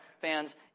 fans